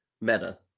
Meta